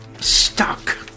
stuck